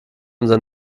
unser